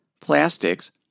plastics